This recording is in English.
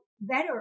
better